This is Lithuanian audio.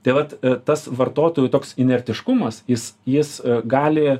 tai vat tas vartotojų toks inertiškumas jis jis gali